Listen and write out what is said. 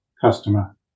customer